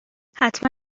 حتما